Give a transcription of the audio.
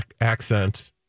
accent